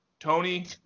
Tony